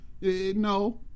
No